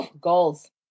Goals